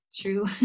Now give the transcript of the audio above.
true